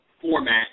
format